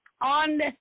on